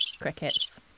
Crickets